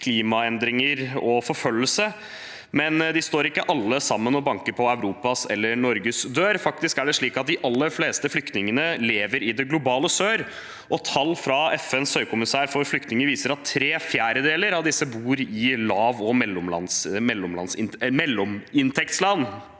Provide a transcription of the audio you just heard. klimaendringer og forfølgelse, men de står ikke alle sammen og banker på Europas eller Norges dør. Faktisk er det slik at de aller fleste flyktningene lever i det globale sør, og tall fra FNs høykommissær for flyktninger viser at tre fjerdedeler av disse bor i lav- og mellominntektsland.